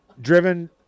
driven